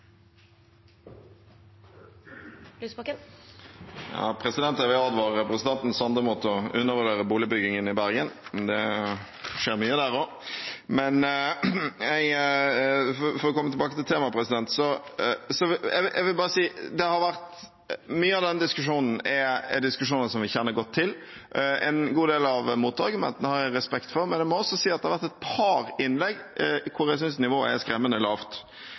vil advare representanten Sande mot å undervurdere boligbyggingen i Bergen. Det skjer mye der også. Men for å komme tilbake til temaet: Mye av denne debatten er diskusjoner som vi kjenner godt til. En god del av motargumentene har jeg respekt for, men jeg må også si at det har vært et par innlegg hvor jeg synes nivået er